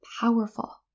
powerful